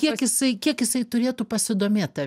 kiek jisai kiek jisai turėtų pasidomėt ta